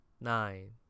nine